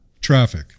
Traffic